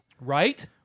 Right